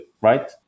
right